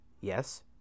yes